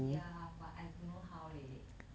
ya but I don't know how leh